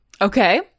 Okay